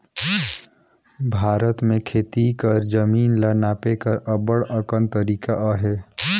भारत में खेती कर जमीन ल नापे कर अब्बड़ अकन तरीका अहे